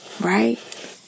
right